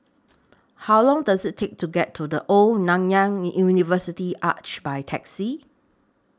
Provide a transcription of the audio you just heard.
How Long Does IT Take to get to The Old Nanyang University Arch By Taxi